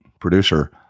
producer